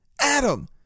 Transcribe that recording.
Adam